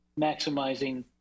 maximizing